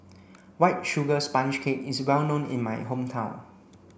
white sugar sponge cake is well known in my hometown